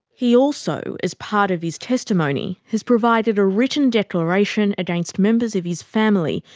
he also, as part of his testimony, has provided a written declaration against members of his family,